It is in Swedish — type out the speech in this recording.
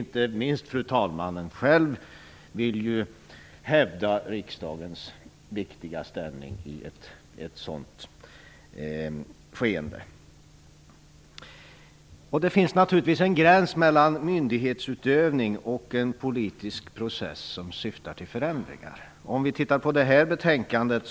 Inte minst fru talmannen själv vill ju hävda riksdagens viktiga ställning i ett sådant skeende. Det finns givetvis en gräns mellan myndighetsutövning och en politisk process som syftar till förändringar. Vi kan titta på det här betänkandet.